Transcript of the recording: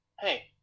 Hey